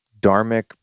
dharmic